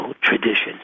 tradition